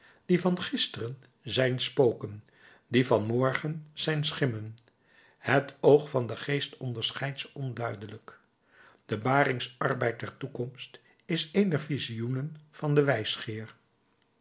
die van gisteren zijn spoken die van morgen zijn schimmen het oog van den geest onderscheidt ze onduidelijk de baringsarbeid der toekomst is een der visioenen van den wijsgeer